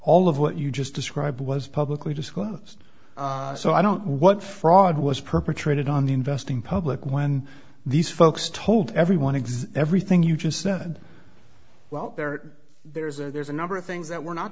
all of what you just described was publicly disclosed so i don't know what fraud was perpetrated on the investing public when these folks told everyone exe everything you just said well there there's a there's a number of things that were not